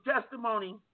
testimony